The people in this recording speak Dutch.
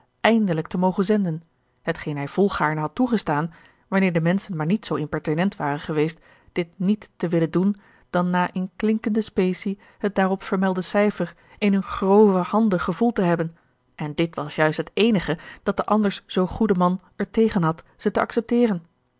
eindelijk te mogen zenden hetgeen hij volgaarne had toegestaan wanneer de menschen maar niet zoo impertinent waren geweest dit niet te willen doen dan na in klinkende specie het daarop vermelde cijfer in hunne grove handen gevoeld te hebben en dit was juist het eenige dat de anders zoo goede man er tegen had ze te accepteren